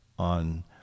on